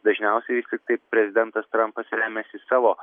dažniausiai vis tik tai prezidentas trampas remiasi savo